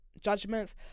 judgments